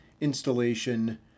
installation